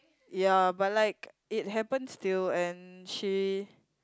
ya but like it happens still and she